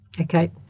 Okay